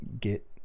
get